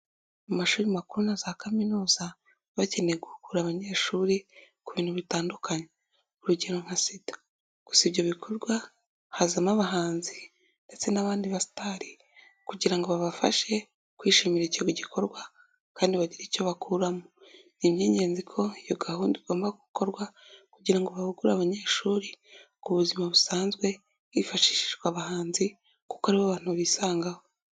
Amashuri makuru na za kaminuza baba bakeneye guhugura abanyeshuri ku bintu bitandukanye urugero nka sida, gusa ibyo bikorwa hazamo abahanzi ndetse n'abandi basitari kugira ngo babafashe kwishimira icyo gikorwa, kandi bagire icyo bakuramo. Ni iby'ingenzi ko iyo gahunda igomba gukorwa, kugira ngo bahugure abanyeshuri ku buzima busanzwe hifashishijwe abahanzi, kuko aribo bantu bisangaho.